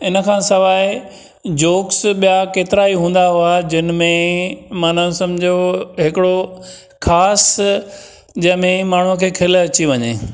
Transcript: इन खां सवाइ जोक्स ॿिया केतिरा ई हूंदा हुआ जिन में माना सम्झो हिकिड़ो ख़ासि जंहिंमें माण्हूअ खे खिल अची वञे